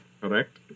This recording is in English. Correct